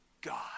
God